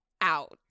out